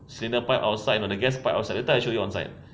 cylinder part outside you know the gas part outside later I show you outside